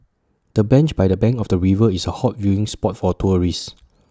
the bench by the bank of the river is A hot viewing spot for tourists